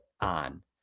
on